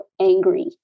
angry